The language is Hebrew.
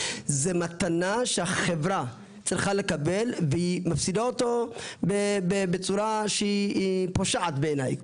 זו מתנה שהחברה צריכה לקבל והיא מפסידה אותה בצורה שהיא פושעת בעיני.